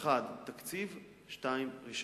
האחד, תקציב, והשני, רשיון.